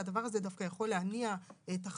והדבר הזה דווקא יכול להניע תחרות.